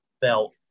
felt